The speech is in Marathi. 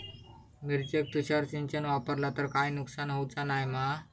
मिरचेक तुषार सिंचन वापरला तर काय नुकसान होऊचा नाय मा?